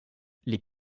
les